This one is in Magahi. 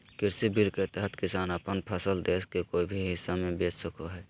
कृषि बिल के तहत किसान अपन फसल देश के कोय भी हिस्सा में बेच सका हइ